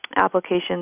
applications